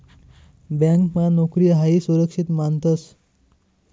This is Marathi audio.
ब्यांकमा नोकरी हायी सुरक्षित मानतंस